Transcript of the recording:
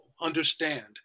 understand